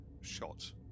shot